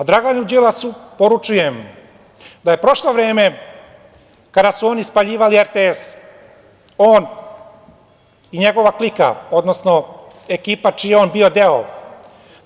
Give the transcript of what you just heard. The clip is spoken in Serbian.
Draganu Đilasu poručujem da je prošlo vreme kada su oni spaljivali RTS, on i njegova klika, odnosno ekipa čiji je on bio deo.